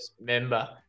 member